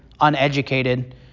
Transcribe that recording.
uneducated